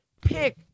Pick